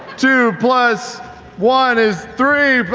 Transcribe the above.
two plus one is three! but